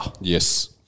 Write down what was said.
Yes